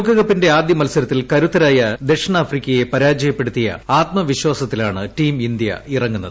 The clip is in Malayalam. ലോകകപ്പിന്റെ ആദൃ മത്സരത്തിൽ കരുത്തരായ ദക്ഷിണാ ഫ്രിക്കയെ പരാജയപ്പെടുത്തിയ ആത്മവിശ്വാസത്തിലാണ് ടീം ഇന്ത്യ ഇറങ്ങുന്നത്